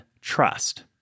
trust